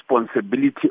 responsibility